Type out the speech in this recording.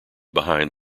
behind